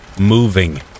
Moving